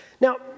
Now